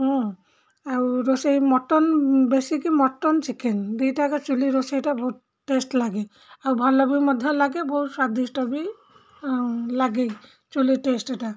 ହୁଁ ଆଉ ରୋଷେଇ ମଟନ୍ ବେଶିକି ମଟନ୍ ଚିକେନ୍ ଦୁଇଟାକ ଚୁଲି ରୋଷେଇଟା ବହୁତ ଟେଷ୍ଟ ଲାଗେ ଆଉ ଭଲ ବି ମଧ୍ୟ ଲାଗେ ବହୁତ ସ୍ଵାଦିଷ୍ଟ ବି ଲାଗେ ଚୁଲି ଟେଷ୍ଟଟା